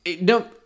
no